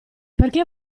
perché